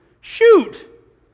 Shoot